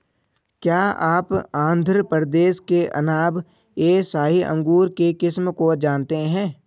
क्या आप आंध्र प्रदेश के अनाब ए शाही अंगूर के किस्म को जानते हैं?